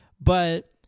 But-